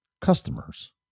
customers